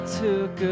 took